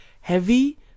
heavy